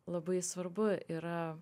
labai svarbu yra